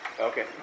Okay